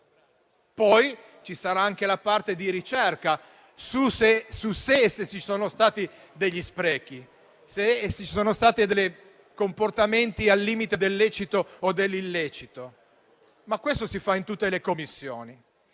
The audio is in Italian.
Ci sarà poi anche una parte di ricerca per valutare se ci sono stati degli sprechi, se ci sono stati comportamenti al limite del lecito o dell'illecito, come si fa in tutte le Commissioni.